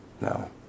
No